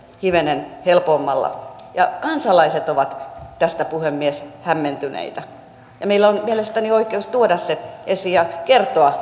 hivenen helpommalla kansalaiset ovat tästä puhemies hämmentyneitä meillä on mielestäni oikeus tuoda se esiin ja kertoa